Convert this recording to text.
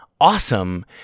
Awesome